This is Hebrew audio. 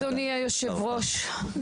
אדוני היושב-ראש,